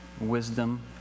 wisdom